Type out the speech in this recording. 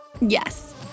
yes